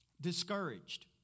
Discouraged